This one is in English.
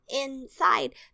inside